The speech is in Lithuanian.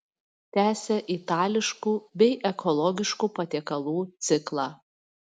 tęsia itališkų bei ekologiškų patiekalų ciklą